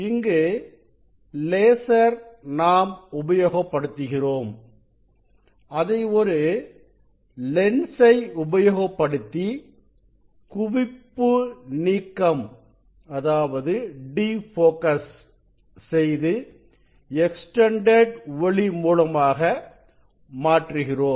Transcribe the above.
இங்கு லேசர் நாம் உபயோகப்படுத்துகிறோம் அதை ஒரு லென்சை உபயோகப்படுத்தி குவிப்பு நீக்கம் செய்து எக்ஸ்டெண்டெட் ஒளி மூலமாக மாற்றுகிறோம்